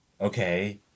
okay